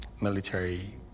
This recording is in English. military